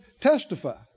testify